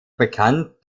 bekannt